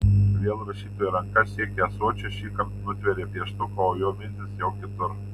vėl rašytojo ranka siekia ąsočio šįkart nutveria pieštuką o jo mintys jau kitur